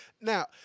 Now